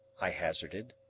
i hazarded.